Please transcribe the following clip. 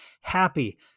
happy